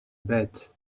bit